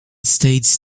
states